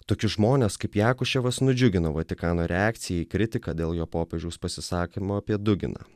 tokius žmones kaip jakuševas nudžiugino vatikano reakcija į kritiką dėl jo popiežiaus pasisakymų apie duginą